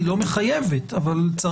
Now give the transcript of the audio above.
היא לא מחייבת אבל צריך